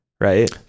Right